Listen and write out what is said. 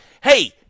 hey